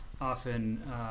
often